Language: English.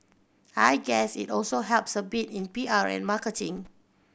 I guess it also helps a bit in P R and marketing